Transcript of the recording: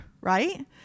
right